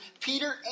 Peter